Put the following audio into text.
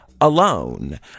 alone